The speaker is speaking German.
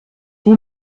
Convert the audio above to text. die